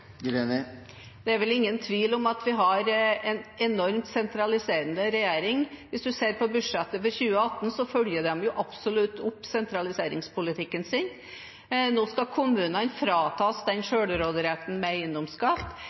Det er vel ingen tvil om at vi har en enormt sentraliserende regjering. Hvis man ser på budsjettet for 2018, følger den absolutt opp sentraliseringspolitikken sin. Nå skal kommunene fratas selvråderetten over eiendomsskatt.